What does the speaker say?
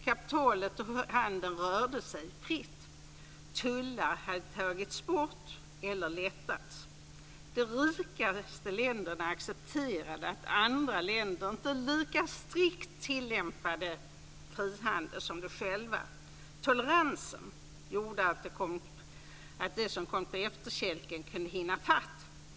Kapitalet och handeln rörde sig fritt. Tullar hade tagits bort eller lättats. De rikaste länderna accepterade att andra länder inte lika strikt tillämpade frihandel som de själva. Toleransen gjorde att de som kommit på efterkälken kunde hinna ifatt.